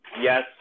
yes